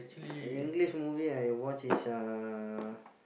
English movie I watch is uh